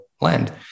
land